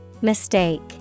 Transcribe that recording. Mistake